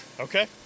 Okay